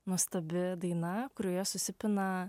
nuostabi daina kurioje susipina